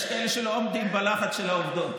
יש כאלה שלא עומדים בלחץ של העובדות.